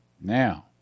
Now